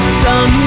sun